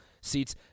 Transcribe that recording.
seats